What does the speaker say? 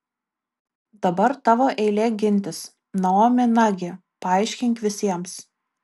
dabar tavo eilė gintis naomi nagi paaiškink visiems